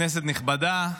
כנסת נכבדה,